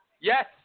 Yes